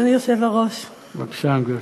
אדוני היושב-ראש, בבקשה, גברתי.